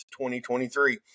2023